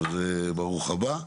ברוך הבא.